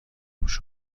میشد